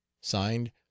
signed